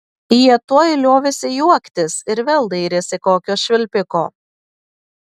jie tuoj liovėsi juoktis ir vėl dairėsi kokio švilpiko